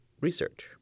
research